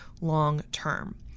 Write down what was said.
long-term